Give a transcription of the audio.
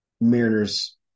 Mariners